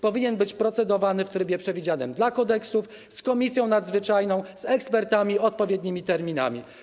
Powinien być procedowany w trybie przewidzianym dla kodeksów, z komisją nadzwyczajną, z ekspertami i odpowiednimi terminami.